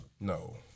No